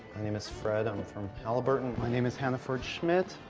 name is fred. i'm from halliburton. my name is hanniford schmidt.